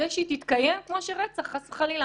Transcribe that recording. זה שהיא תתקיים כמו שרצח חס וחלילה,